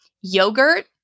Yogurt